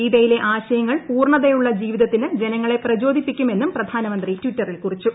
ഗീതയിലെ ആശയങ്ങൾ പൂർണതയുള്ള ജീവിതത്തിന് ജനങ്ങളെ പ്രചോദിപ്പിക്കും എന്നും പ്രധാന മന്ത്രി ട്വിറ്ററിൽ കുറിച്ചു